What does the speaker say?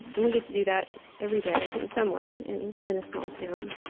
and we get to do that every day, in some way, in in a small town